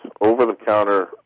over-the-counter